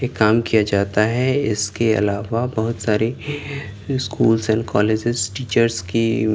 یہ کام کیا جاتا ہے اس کے علاوہ بہت ساری اسکولس اینڈ کالجیز ٹیچرس کی